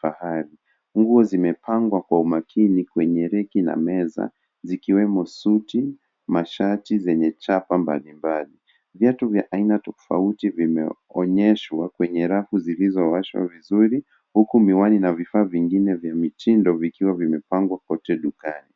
vya wanaume. Nguo zimepangwa kwa umakini kwenye rafu na meza, ikiwa ni pamoja na suruali, mashati, jeni, na mavazi mbalimbali. Viatu vimewekwa kwa utaratibu mzuri kwenye rafu zilizopangwa vizuri, huku miwani na vifaa vingine vya mitindo vikiwa vimepangwa kwa uwiano katika duka zima.